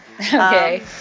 Okay